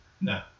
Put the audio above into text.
No